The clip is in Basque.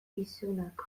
isunak